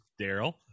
Daryl